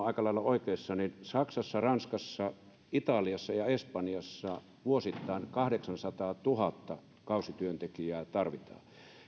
aika lailla oikeassa että saksassa ranskassa italiassa ja espanjassa tarvitaan vuosittain kahdeksansataatuhatta kausityöntekijää